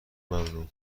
ممنوع